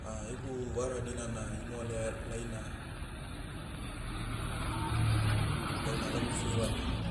egu vara dinana imoale ah- laina, gauna lagu feiva na,